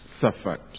suffered